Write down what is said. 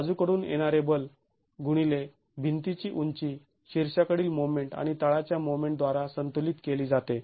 बाजूकडून येणारे बल गुणिले भिंतीची उंची शीर्षाकडील मोमेंट आणि तळाच्या मोमेंट द्वारा संतुलित केली जाते